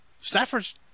Stafford's